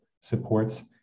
supports